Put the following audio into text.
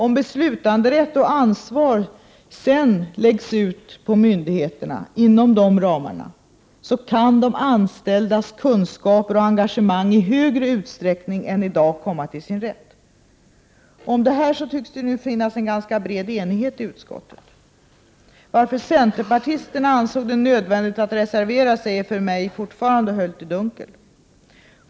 Om beslutanderätt och ansvar sedan läggs ut på myndigheterna inom de ramarna, kan de anställdas kunskaper och engagemang i högre utsträckning än i dag komma till sin rätt. Om detta tycks det nu finnas en ganska bred enighet i utskottet. Varför centerpartisterna ansåg det nödvändigt att reservera sig är för mig fortfarande höljt i dunkel.